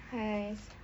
!hais!